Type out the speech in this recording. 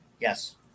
Yes